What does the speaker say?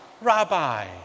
Rabbi